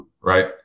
right